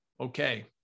Okay